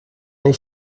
ich